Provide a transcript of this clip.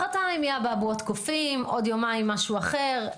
מחרתיים יהיה אבעבועות קופים, מחר משהו אחר.